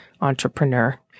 entrepreneur